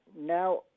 now